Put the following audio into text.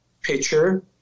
picture